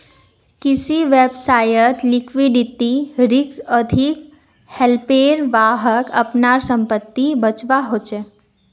किसी व्यवसायत लिक्विडिटी रिक्स अधिक हलेपर वहाक अपनार संपत्ति बेचवा ह छ